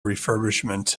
refurbishment